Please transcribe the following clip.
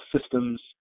systems